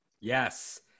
Yes